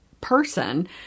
person—